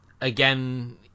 again